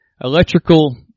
Electrical